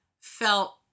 felt